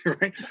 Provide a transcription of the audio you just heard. right